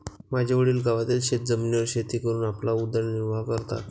माझे वडील गावातील शेतजमिनीवर शेती करून आपला उदरनिर्वाह करतात